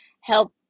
help